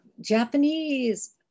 Japanese